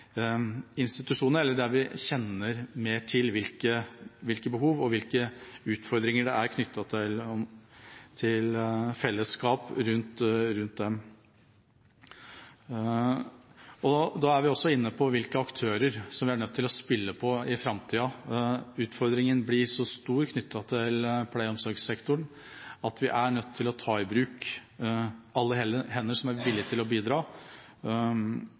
der vi kjenner mer til hvilke behov og hvilke utfordringer det er knyttet til fellesskap for dem. Da er vi inne på hvilke aktører vi er nødt til å spille på i framtida. Utfordringen knyttet til pleie- og omsorgssektoren blir så stor at vi er nødt til å ta i bruk alle hender som er villige til å bidra,